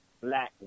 black